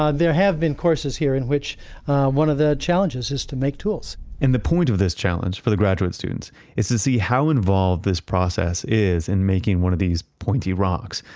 ah there have been courses here in which one of the challenges is to make tools and the point of this challenge for the graduate students is to see how involved this process is in making one of these pointy rocks,